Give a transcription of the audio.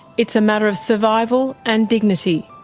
it's a matter of survival and dignity.